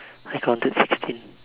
I counted sixteen